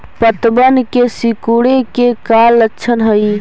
पत्तबन के सिकुड़े के का लक्षण हई?